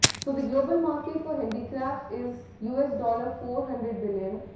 so, the global market for handicrafts is us dollar four hundred billion,